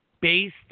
based